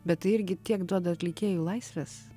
bet tai irgi tiek duoda atlikėjui laisvės